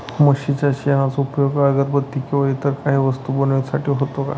म्हशीच्या शेणाचा उपयोग अगरबत्ती किंवा इतर काही वस्तू बनविण्यासाठी होतो का?